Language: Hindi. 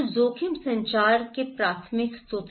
तो जोखिम संचार का प्राथमिक स्रोत